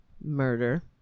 murder